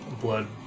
blood